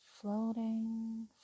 floating